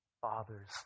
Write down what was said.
Father's